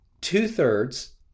Two-thirds